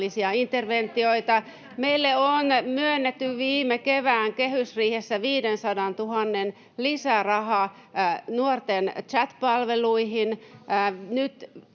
interventioita. Meille on myönnetty viime kevään kehysriihessä 500 000:n lisäraha nuorten chat-palveluihin.